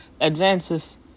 Advances